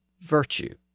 virtue